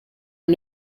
are